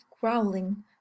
growling